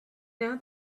now